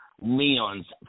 Leon's